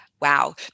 Wow